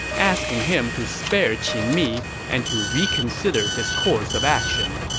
asking him to spare qin mi and to reconsider his course of action.